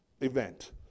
event